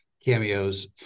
cameos